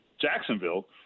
Jacksonville